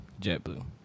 JetBlue